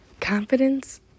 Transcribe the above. Confidence